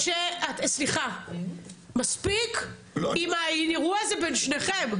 משה, סליחה, מספיק עם האירוע הזה בין שניכם.